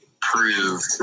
proved